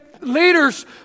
leaders